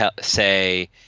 say